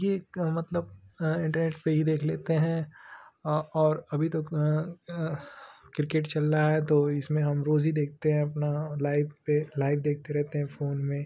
ये के मतलब सारा इंटरनेट पर ही देख लेते हैं और अभी तक क्रिकेट चल रहा है तो इसमें हम रोज़ ही देखते हैं अपना लाइव पर लाइव देखते रहते हैं फ़ोन में